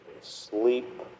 sleep